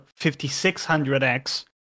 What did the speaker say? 5600X